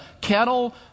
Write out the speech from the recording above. kettle